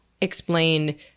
explain